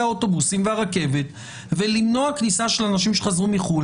האוטובוסים והרכבת ולמנוע כניסה של אנשים שחזרו מחו"ל?